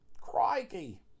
crikey